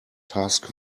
task